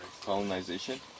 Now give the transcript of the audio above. Colonization